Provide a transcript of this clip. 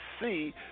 see